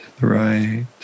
right